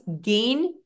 gain